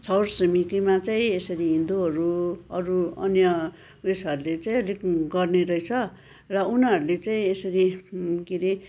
छरछिमेकीमा चाहिँ यसरी हिन्दूहरू अरू अन्य उएसहरूले चाहिँ गर्ने रहेछ र उनीहरूले चाहिँ यसरी के अरे